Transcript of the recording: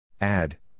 add